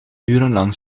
urenlang